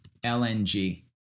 LNG